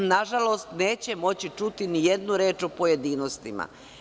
Nažalost, neće moći čuti ni jednu reč u pojedinostima.